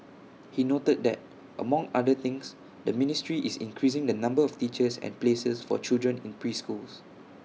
he noted that among other things the ministry is increasing the number of teachers and places for children in preschools